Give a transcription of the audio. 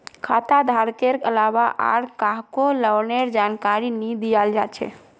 खाता धारकेर अलावा आर काहको लोनेर जानकारी नी दियाल जा छे